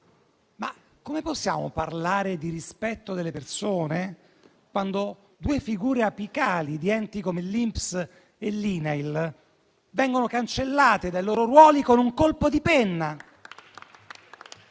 Ma come possiamo parlare di rispetto delle persone quando due figure apicali di enti come l'INPS e l'INAIL vengono cancellate dai loro ruoli con un colpo di penna?